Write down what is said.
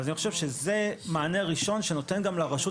אז אני חושב שזה מענה ראשון שנותן גם לרשות